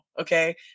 Okay